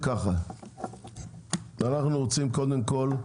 קודם כול,